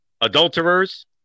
Adulterers